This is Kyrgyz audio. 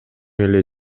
эле